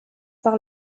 par